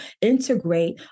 integrate